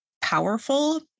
powerful